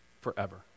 forever